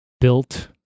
built